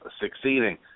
succeeding